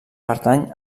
pertany